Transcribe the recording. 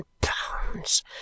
pounds